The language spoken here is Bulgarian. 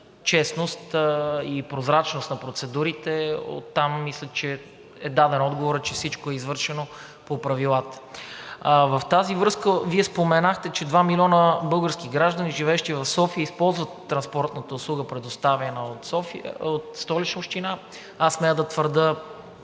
честност и прозрачност на процедурите и оттам мисля, че всичко е извършено по правилата. В тази връзка Вие споменахте, че два милиона български граждани, живеещи в София, използват транспортната услуга, предоставена от Столична община. Аз смея да твърдя,